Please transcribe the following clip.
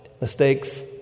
mistakes